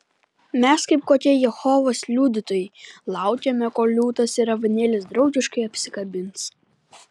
mes kaip kokie jehovos liudytojai laukiame kol liūtas ir avinėlis draugiškai apsikabins